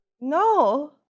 No